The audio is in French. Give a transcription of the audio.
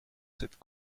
cette